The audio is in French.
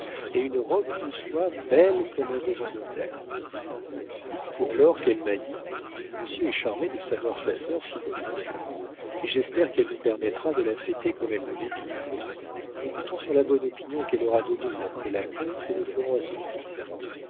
et une robe de soie belle comme un devant d'autel pour lors qu'elle m'a dit monsieur est charmé de savoir sa sœur si bonne enfant et j'espère qu'elle nous permettra de la fêter comme elle le mérite nous comptons sur la bonne opinion qu'elle aura de nous d'après l'accueil que nous ferons à son fils